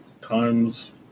Times